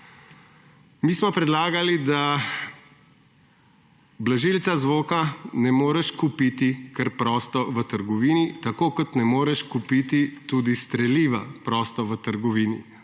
Mi smo predlagali, da blažilca zvoka ne moreš kupiti kar prosto v trgovini, tako ko tudit ne moreš streliva kupiti prosto v trgovini,